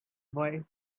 wife